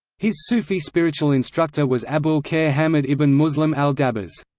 his sufi spiritual instructor was abu'l-khair hammad ibn muslim al-dabbas.